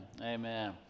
Amen